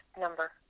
number